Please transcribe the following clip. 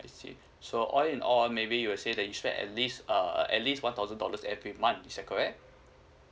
I see so all in all maybe you would say that you spend at least err at least one thousand dollars every month is that correct